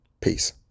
Peace